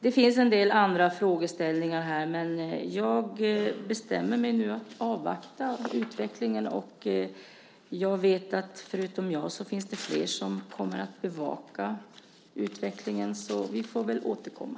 Det finns en del andra frågeställningar, men jag bestämmer mig för att avvakta utvecklingen. Jag vet att det förutom jag finns flera som kommer att bevaka utvecklingen. Vi får återkomma.